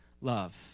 love